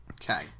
Okay